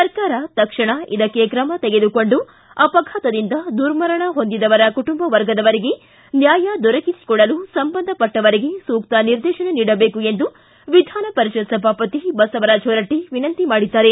ಸರ್ಕಾರ ತಕ್ಷಣ ಇದಕ್ಕೆ ಕ್ರಮ ತೆಗೆದುಕೊಂಡು ಅಪಘಾತದಿಂದ ದುರ್ಮಣದ ಹೊಂದಿದವರ ಕುಟುಂಬ ವರ್ಗದವರಿಗೆ ನ್ಯಾಯ ದೊರಕಿಸಿಕೊಡುವಂತೆ ಸಂಬಂಧಪಟ್ಟವರಿಗೆ ಸೂಕ್ತ ನಿರ್ದೇತನ ನೀಡಬೇಕು ಎಂದು ವಿಧಾನಪರಿಷತ್ ಸಭಾಪತಿ ಬಸವರಾಜ್ ಹೊರಟ್ಟ ವಿನಂತಿ ಮಾಡಿದ್ದಾರೆ